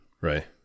Right